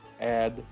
add